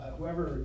Whoever